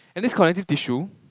and this connective tissue